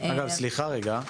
סליחה רגע,